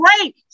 great